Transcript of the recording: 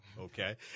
Okay